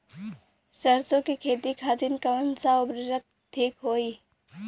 सरसो के खेती खातीन कवन सा उर्वरक थिक होखी?